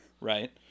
right